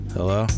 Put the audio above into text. Hello